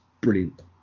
brilliant